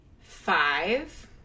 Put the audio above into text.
five